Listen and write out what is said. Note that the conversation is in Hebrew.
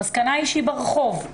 המסקנה היא שהיא ברחוב.